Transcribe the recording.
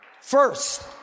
first